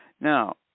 Now